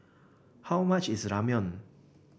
how much is Ramyeon